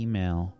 Email